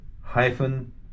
Hyphen